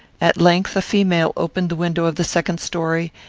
at length a female opened the window of the second story,